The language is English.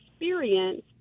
experience